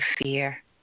fear